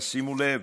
שימו לב: